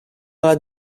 lat